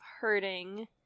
hurting